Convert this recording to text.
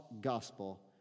gospel